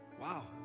Wow